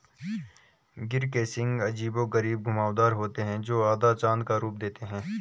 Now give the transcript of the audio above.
गिर के सींग अजीबोगरीब घुमावदार होते हैं, जो आधा चाँद का रूप देते हैं